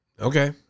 Okay